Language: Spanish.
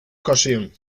ocasión